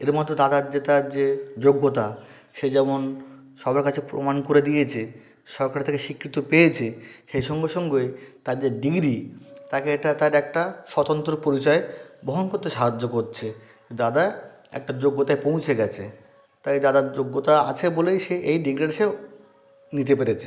এর মতো দাদার যেটার যে যোগ্যতা সে যেমন সবার কাছে প্রমাণ করে দিয়েছে সরকারের থেকে স্বীকৃতি পেয়েছে সেই সঙ্গে সঙ্গে তার যে ডিগ্রি তাকে এটা তার একটা স্বতন্ত্র পরিচয় বহন করতে সাহায্য করছে দাদা একটা যোগ্যতায় পৌঁছে গেছে তাই দাদার যোগ্যতা আছে বলেই সে এই ডিগ্রিটা সে নিতে পেরেছে